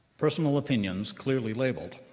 personal opinions clearly labeled.